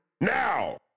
Now